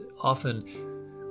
often